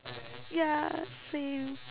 ya same